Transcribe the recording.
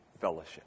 fellowship